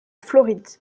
floride